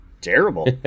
terrible